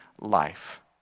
life